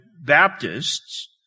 Baptists